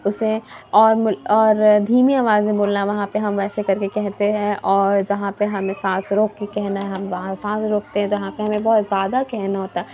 اُسے اور اور دھیمی آواز میں بولنا وہاں پہ ہم ایسے کر کے کہتے ہیں اور جہاں پہ ہمیں سانس روک کے کہنا ہے ہم وہاں سانس روکتے ہیں جہاں پہ ہمیں بہت زیادہ کہنا ہوتا